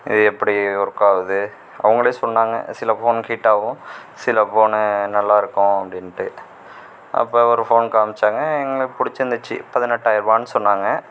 இது எப்படி ஒர்க் ஆவுது அவங்களே சொன்னாங்க சில ஃபோன் ஹீட் ஆகும் சில ஃபோன்னு நல்லா இருக்கும் அப்படின்ட்டு அப்போ ஒரு ஃபோன் காமிச்சாங்க எங்களுக்கு பிடிச்சிருந்துச்சி பதினெட்டாயர் ரூவான்னு சொன்னாங்க